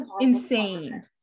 insane